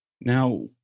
Now